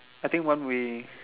I think one way